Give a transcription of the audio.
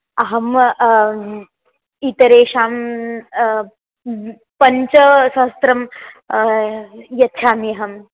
अहं वा इतरेषां पञ्चसहस्रं यच्छामि अहम्